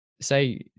say